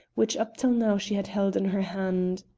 which up till now she had held in her hand.